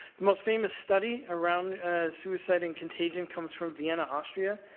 the most famous study around suicide and contagion comes from vienna, austria,